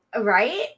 right